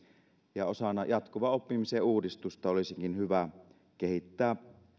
ja osana jatkuvan oppimisen uudistusta olisikin hyvä kehittää